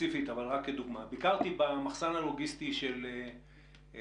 ספציפית אלא רק כדוגמה: ביקרתי במחסן הלוגיסטי של טבע,